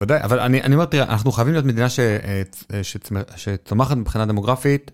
אבל אני אומר אנחנו חייבים להיות מדינה שצומחת מבחינה דמוגרפית.